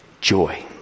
joy